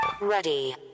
Ready